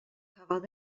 cafodd